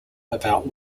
about